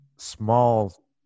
small